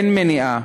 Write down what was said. אין מניעה